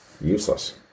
useless